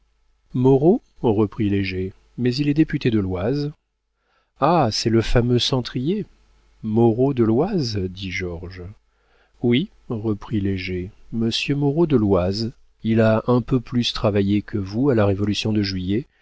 moreau reprit léger mais il est député de l'oise ah c'est le fameux centrier moreau de l'oise dit georges oui reprit léger monsieur moreau de l'oise il a un peu plus travaillé que vous à la révolution de juillet